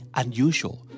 unusual